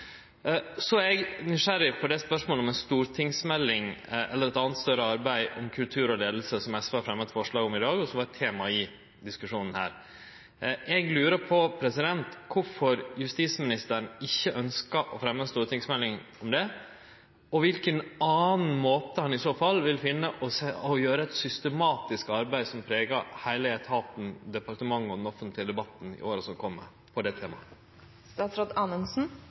Så er eg nysgjerrig på spørsmålet om ei stortingsmelding eller eit anna større arbeid om kultur og leiing, som SV har fremja eit forslag om i dag, og som har vore tema i diskusjonen her. Eg lurer på kvifor justisministeren ikkje ønskjer å fremje ei stortingsmelding om dette, og på kva for annan måte han i så fall vil gjere eit systematisk arbeid som pregar heile etaten, departementet og den offentlege debatten i åra som kjem når det